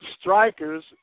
strikers